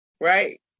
right